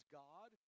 god